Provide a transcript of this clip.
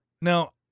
now